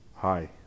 Hi